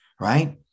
right